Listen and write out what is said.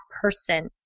person